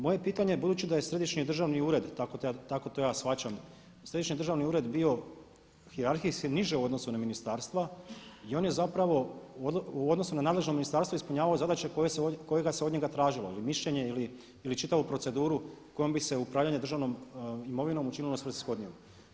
Moje pitanje je, budući da je Središnji državni ured, tako to ja shvaćam, Središnji državni ured bio hijerarhijski niže u odnosu na ministarstva i on je zapravo u odnosu na nadležno ministarstvo ispunjavao zadaće kojega se od njega tražilo ili mišljenje ili čitavu proceduru kojom bi se upravljanje državnom imovinom učinilo svrsishodnijom.